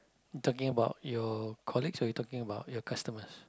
talking about your colleagues or you talking about your customers